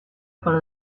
por